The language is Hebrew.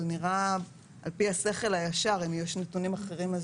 אבל נראה על פי השכל הישר שאם יש נתונים אחרים,